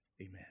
Amen